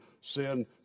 sin